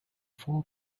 four